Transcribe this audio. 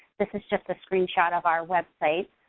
this is just a screenshot of our website,